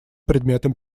предметом